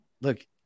look